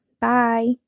bye